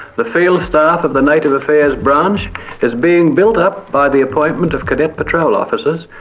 the field staff of the native affairs branch is being built up by the appointment of cadet patrol officers,